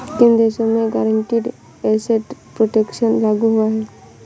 किन देशों में गारंटीड एसेट प्रोटेक्शन लागू हुआ है?